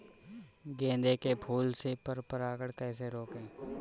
गेंदे के फूल से पर परागण कैसे रोकें?